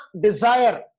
desire